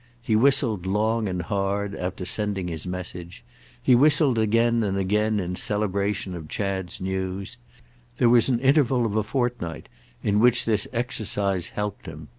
he whistled long and hard after sending his message he whistled again and again in celebration of chad's news there was an interval of a fortnight in which this exercise helped him.